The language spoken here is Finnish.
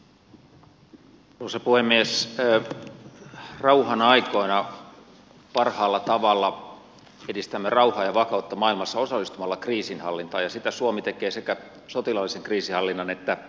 rauhan aikoina parhaalla tavalla edistämme rauhaa ja vakautta maailmassa osallistumalla kriisinhallintaan ja sitä suomi tekee sekä sotilaallisen kriisinhallinnan että siviilikriisinhallinnan puolella